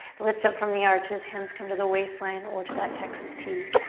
lift up from the arches, hands come to the waistline or to that texas t.